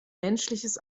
menschliches